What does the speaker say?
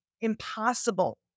impossible